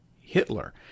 Hitler